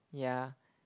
ya